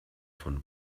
von